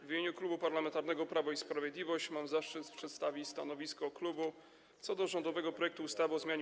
W imieniu Klubu Parlamentarnego Prawo i Sprawiedliwość mam zaszczyt przedstawić stanowisko dotyczące rządowego projektu ustawy o zmianie